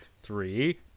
three